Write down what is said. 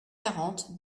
quarante